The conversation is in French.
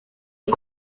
est